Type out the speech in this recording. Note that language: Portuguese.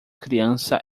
criança